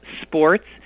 sports